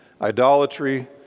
idolatry